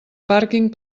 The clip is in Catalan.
pàrquing